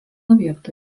objektų